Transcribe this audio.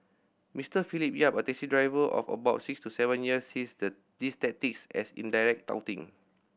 Mister Philip Yap a taxi driver of about six to seven years sees the these tactics as indirect touting